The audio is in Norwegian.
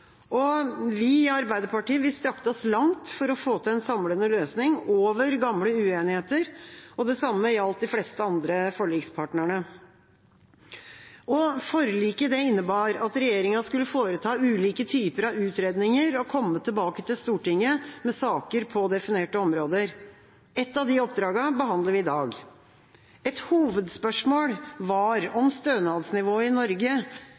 år. Vi i Arbeiderpartiet strakte oss langt for å få til en samlende løsning, over gamle uenigheter. Det samme gjaldt de fleste andre forlikspartnerne. Forliket innebar at regjeringa skulle foreta ulike typer av utredninger og komme tilbake til Stortinget med saker på definerte områder. Ett av de oppdragene behandler vi i dag. Et hovedspørsmål var om stønadsnivået i Norge